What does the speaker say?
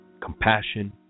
compassion